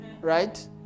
Right